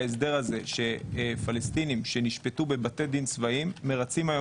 ההסדר הזה שפלסטינים שנשפטו בבתי דין צבאיים מרצים היום